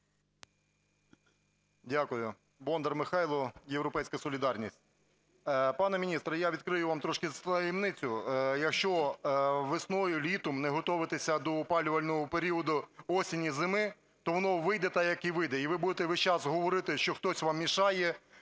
Дякую. Бондар Михайло, "Європейська солідарність". Пане міністр, я відкрию вам трошки таємницю: якщо весною-літом не готуватися до опалювального періоду осені-зими, то воно вийде так, як вийде. І ви будете весь час говорити, що хтось вам мішає,